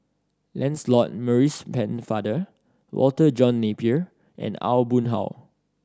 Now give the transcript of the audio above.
Lancelot Maurice Pennefather Walter John Napier and Aw Boon Haw